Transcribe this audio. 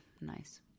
nice